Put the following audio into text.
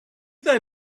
they